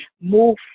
move